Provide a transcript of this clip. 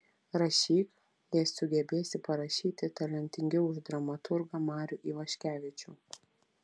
rašyk jei sugebėsi parašyti talentingiau už dramaturgą marių ivaškevičių